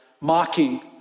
mocking